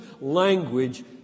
language